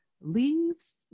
leaves